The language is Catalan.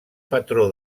patró